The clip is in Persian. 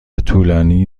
طولانی